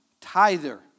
tither